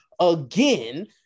again